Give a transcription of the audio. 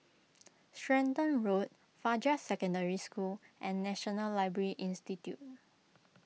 Stratton Road Fajar Secondary School and National Library Institute